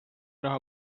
raha